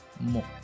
more